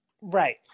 right